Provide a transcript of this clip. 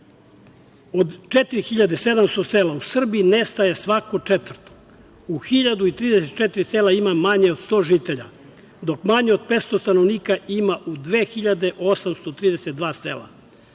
4.700 sela u Srbiji nestaje svako četvrto. U 1.034 sela ima manje od 100 žitelja, dok manje od 500 stanovnika ima u 2.832 sela.